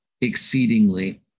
exceedingly